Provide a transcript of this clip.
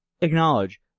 acknowledge